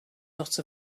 dot